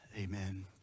amen